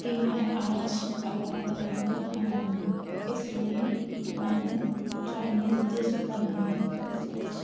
کہ میں آج الگ طرح کا کھانا بنایا اس لیے میں نے چائنیز ڈش بنانے کو سوچی